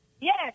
yes